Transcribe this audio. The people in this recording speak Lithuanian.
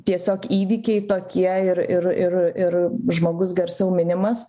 tiesiog įvykiai tokie ir ir ir ir žmogus garsiau minimas